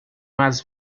mais